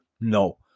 No